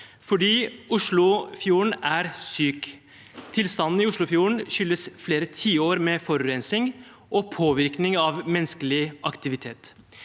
for Oslofjorden er syk. Tilstanden i Oslofjorden skyldes flere tiår med forurensing og påvirkning fra menneskelig aktivitet.